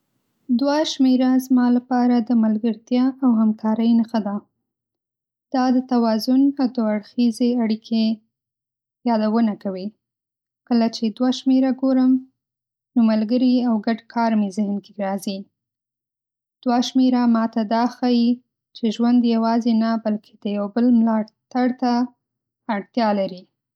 ۲ شمېره زما لپاره د ملګرتیا او همکارۍ نښه ده. دا د توازن او دوه اړخیزې اړیکې یادونه کوي. کله چې ۲ شمېره ګورم، نو ملګري او ګډ کار مې په ذهن کې راځي. ۲ شمېره ماته دا ښيي چې ژوند یوازې نه بلکې د یو بل ملاتړ ته اړتیا لري.